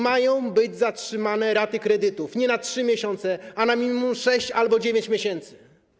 Mają być zatrzymane raty kredytów: nie na 3 miesiące, ale na minimum 6 albo 9 miesięcy.